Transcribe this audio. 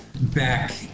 back